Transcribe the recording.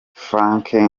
frankie